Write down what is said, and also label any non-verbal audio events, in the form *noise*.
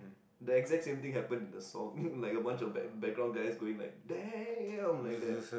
the exact same thing happen to the song *laughs* like a bunch of back~ background guys going like damn like that